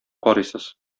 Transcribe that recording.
карыйсыз